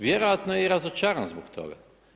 Vjerojatno je i razočaran zbog toga.